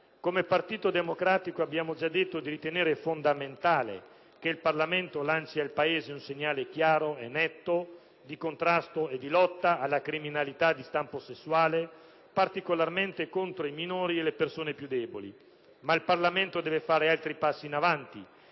Come Partito Democratico abbiamo già detto di ritenere fondamentale che il Parlamento lanci al Paese un segnale chiaro e netto di contrasto e di lotta alla criminalità di stampo sessuale, particolarmente contro quella perpetrata ai danni di minori e delle persone più deboli. Ma il Parlamento deve compiere ulteriori passi in avanti